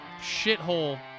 shithole